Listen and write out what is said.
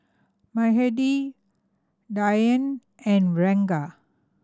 Mahade Dhyan and Ranga